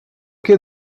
quai